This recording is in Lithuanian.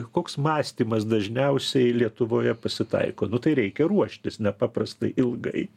koks mąstymas dažniausiai lietuvoje pasitaiko nu tai reikia ruoštis nepaprastai ilgai